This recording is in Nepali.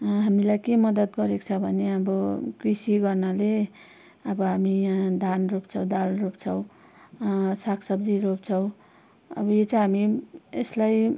हामीलाई के मद्दत गरेको छ भने अब कृषि गर्नाले अब हामी यहाँ धान रोप्छौँ दाल रोप्छौँ सागसब्जी रोप्छौँ अब यो चाहिँ हामी यसलाई